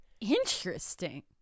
Interesting